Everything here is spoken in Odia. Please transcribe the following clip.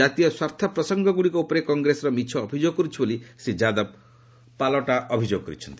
ଜାତୀୟ ସ୍ୱାର୍ଥ ପ୍ରସଙ୍ଗଗୁଡ଼ିକ ଉପରେ କଂଗ୍ରେସ ମିଛ ଅଭିଯୋଗ କରୁଛି ବୋଲି ଶ୍ରୀ ଯାଦବ କହିଛନ୍ତି